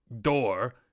door